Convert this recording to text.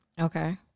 Okay